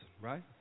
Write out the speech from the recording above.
right